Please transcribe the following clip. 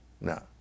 no